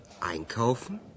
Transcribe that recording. Einkaufen